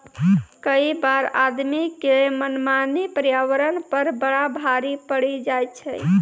कई बार आदमी के मनमानी पर्यावरण पर बड़ा भारी पड़ी जाय छै